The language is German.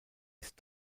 ist